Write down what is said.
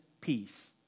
peace